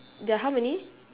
there are how many